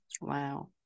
Wow